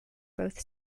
both